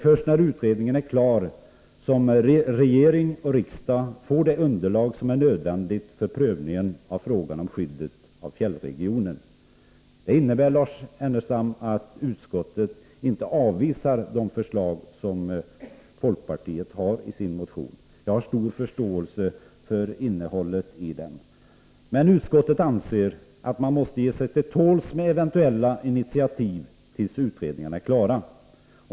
Först när utredningen är klar får regering och riksdag det underlag som är nödvändigt för prövning av frågan om skyddet av fjällregionen. Det innebär, Lars Ernestam, att utskottet inte avvisar de förslag som folkpartiet lägger fram i sin motion. Jag har stor förståelse för innehållet i den, men utskottet anser att man måste ge sig till tåls med eventuella initiativ tills utredningarna är klara.